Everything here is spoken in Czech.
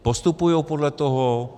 Postupují podle toho?